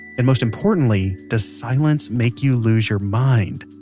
and most importantly, does silence make you lose your mind?